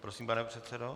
Prosím, pane předsedo.